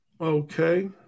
Okay